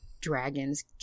Dragons